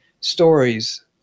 stories